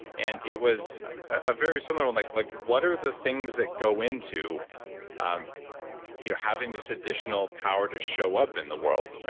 and it was a very similar one, like like what are the things that go into um yeah having this additional power to show up in the world?